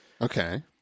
Okay